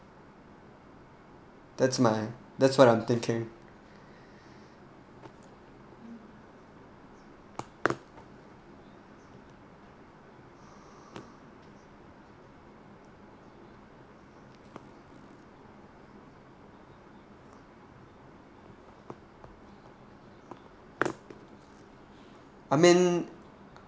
that's my that's what I'm thinking I mean